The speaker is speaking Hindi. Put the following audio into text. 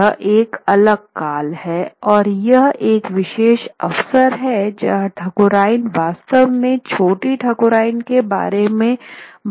यह एक अलग काल है और यह एक विशेष अवसर है जहां ठाकुरायन वास्तव में छोटी ठाकुरायन के बारे में बात करने जा रही है